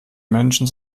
menschen